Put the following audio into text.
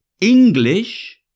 English